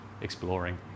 exploring